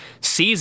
season